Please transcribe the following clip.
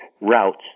routes